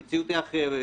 המציאות היא אחרת.